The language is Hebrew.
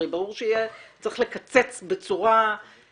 הרי ברור שיהיה צריך לקצץ בצורה דרמטית,